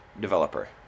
developer